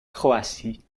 croatie